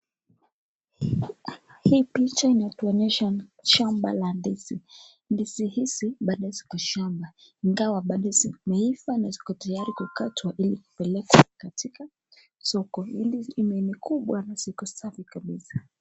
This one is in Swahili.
Hii picha inatuonyesha shamba la ndizi, ndizi hizi bado ziko shamba ingawa bado zimeiva na ziko tayari kukatwa ili kupelekwa katika soko hili ni kubwa na ziko safi kabisa.